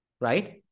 right